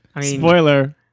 Spoiler